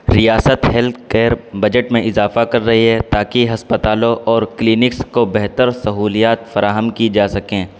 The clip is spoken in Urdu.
ریاست ہیلتھ کیئر بجٹ میں اضافہ کر رہی ہے تاکہ ہسپتالوں اور کلینکس کو بہتر سہولیات فراہم کی جا سکیں